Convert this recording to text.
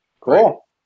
cool